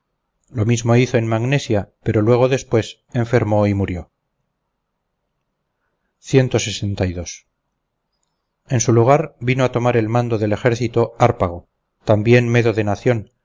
lo mismo hizo en magnesia pero luego después enfermó y murió en su lugar vino a tomar el mando del ejército hárpago también medo de nación